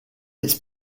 its